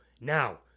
Now